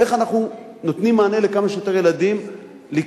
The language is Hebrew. איך אנחנו נותנים מענה לכמה שיותר ילדים לקראת